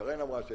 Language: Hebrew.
ששרן אמרה,